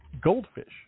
goldfish